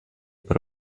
per